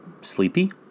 sleepy